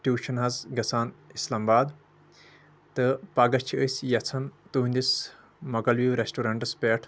tuition حظ گژھان Islamabad تہٕ پگہہ چھِ أسۍ یژھان تُہنٛدس موگل ویو رٮ۪ستورنٹس پٮ۪ٹھ